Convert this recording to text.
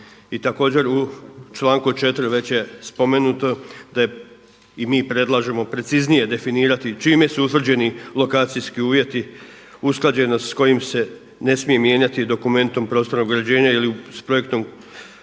I također u članku 4. već je spomenuto da i mi predlažemo preciznije definirati čime su utvrđeni lokacijski uvjeti, usklađenost s kojim se ne smije mijenjati prostornog uređenja ili s projektom